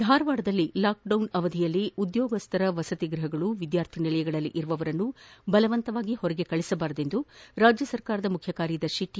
ಧಾರವಾಡದಲ್ಲಿ ಲಾಕ್ಡೌನ್ ಅವಧಿಯಲ್ಲಿ ಉದ್ಯೋಗಸ್ಕರ ವಸತಿ ಗೃಹಗಳು ವಿದ್ಯಾರ್ಥಿ ನಿಲಯಗಳಲ್ಲಿ ಇರುವವರನ್ನು ಬಲವಂತವಾಗಿ ಹೊರಗೆ ಕಳುಹಿಸಬಾರದು ಎಂದು ರಾಜ್ಯ ಸರ್ಕಾರದ ಮುಖ್ಯ ಕಾರ್ಯದರ್ಶಿ ಟಿ